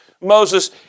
Moses